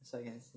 所以还是